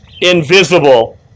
invisible